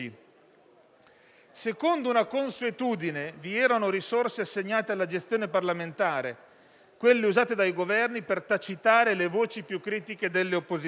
Secondo una consuetudine, vi erano risorse assegnate alla gestione parlamentare, quelle usate dai Governi per tacitare le voci più critiche delle opposizioni».